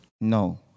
No